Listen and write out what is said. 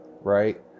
right